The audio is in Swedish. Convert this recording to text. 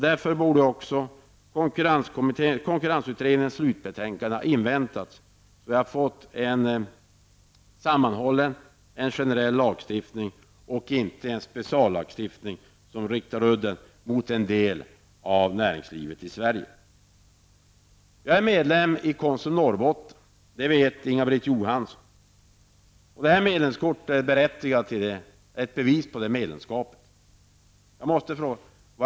Därför borde konkurrensutredningens slutbetänkande ha inväntats, så att vi hade fått en sammanhållen och generell lagstiftning och inte en speciallagstiftning som riktar udden mot en del av näringslivet i Sverige. Jag är medlem i Konsum Norrbotten. Det vet Inga Britt Johansson. Mitt medlemskort är ett bevis på detta medlemskap. Jag måste därför fråga?